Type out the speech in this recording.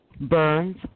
burns